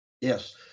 Yes